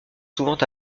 souvent